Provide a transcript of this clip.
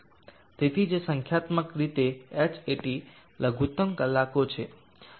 તેથી જે સંખ્યાત્મક રીતે Hat લઘુત્તમ કલાકો છે